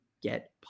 get